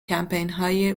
کمپینهای